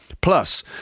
Plus